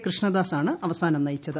കൃഷ്ണദാസ് ആണ് അവസാനം നയിച്ചത്